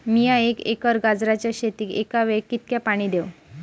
मीया एक एकर गाजराच्या शेतीक एका वेळेक कितक्या पाणी देव?